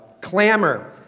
clamor